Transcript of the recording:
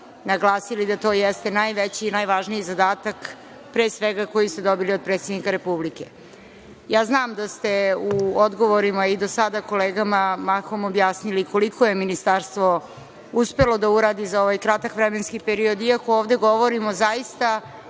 naglasili da to jeste najveći i najvažniji zadatak, pre svega, koji ste dobili od predsednika Republike. Ja znam da ste u odgovorima i do sada kolegama mahom objasnili koliko je ministarstvo uspelo da uradi za ovaj kratak vremenski period, iako ovde govorimo zaista